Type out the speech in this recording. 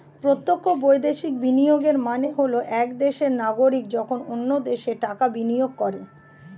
প্রত্যক্ষ বৈদেশিক বিনিয়োগের মানে হল এক দেশের নাগরিক যখন অন্য দেশে টাকা বিনিয়োগ করে